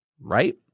right